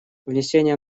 внесение